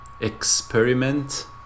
Experiment